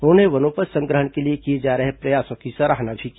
उन्होंने वनोपज संग्रहण के लिए किए जा रहे प्रयासों की सराहना भी की